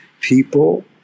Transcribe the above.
people